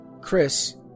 Chris